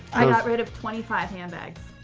i got rid of twenty five handbags.